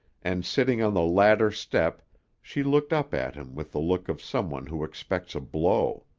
and sitting on the ladder step she looked up at him with the look of some one who expects a blow.